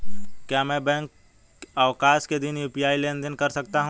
क्या मैं बैंक अवकाश के दिन यू.पी.आई लेनदेन कर सकता हूँ?